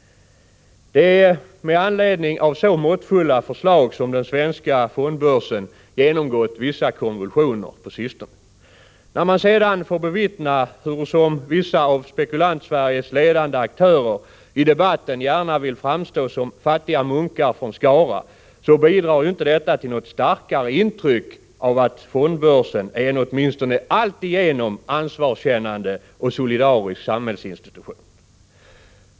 Det är med anledning av så måttfulla förslag som den svenska fondbörsen genomgått vissa konvulsioner på sistone. När man sedan får bevittna hurusom vissa av Spekulantsveriges ledande aktörer i debatten gärna vill framstå som fattiga munkar från Skara bidrar ju inte detta till något starkare intryck av att fondbörsen är en alltigenom ansvarskännande och solidarisk samhällsinstitution.